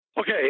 Okay